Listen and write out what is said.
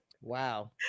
Wow